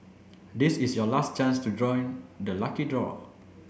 this is your last chance to join the lucky draw